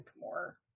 more